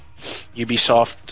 Ubisoft